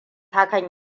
hakan